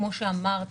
כמו שאמרתי.